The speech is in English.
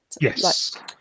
Yes